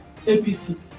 APC